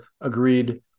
agreed